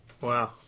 wow